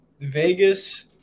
Vegas